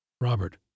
Robert